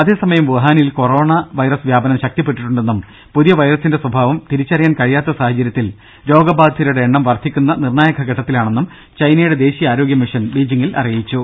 അതേസമയം വൂഹാനിൽ corona virus വ്യാപനം ശക്തിപ്പെട്ടിട്ടുണ്ടെന്നും പുതിയ വൈറസിന്റെ സ്വഭാവം തിരിച്ചറിയാൻ കഴിയാത്ത സാഹചര്യത്തിൽ രോഗബാധിതരുടെ എണ്ണം വർദ്ധിക്കുന്ന നിർണ്ണായക ഘട്ടത്തിലാണെന്നും ചൈനയുടെ ദേശീയ ആരോഗ്യ കമ്മീഷൻ ബീജിംഗിൽ അറിയിച്ചു